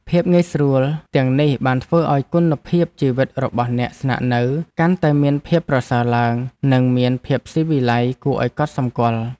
ភាពងាយស្រួលទាំងនេះបានធ្វើឱ្យគុណភាពជីវិតរបស់អ្នកស្នាក់នៅកាន់តែមានភាពប្រសើរឡើងនិងមានភាពស៊ីវិល័យគួរឱ្យកត់សម្គាល់។